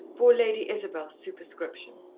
bore lady isabel's superscription.